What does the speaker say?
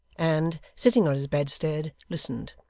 and, sitting on his bedstead, listened.